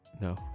No